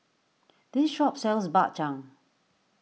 this shop sells Bak Chang